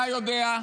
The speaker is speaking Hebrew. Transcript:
אתה יודע,